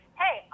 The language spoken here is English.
hey